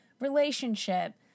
relationship